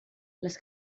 les